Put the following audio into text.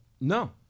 No